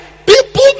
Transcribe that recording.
People